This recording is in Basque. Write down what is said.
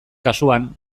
kasuan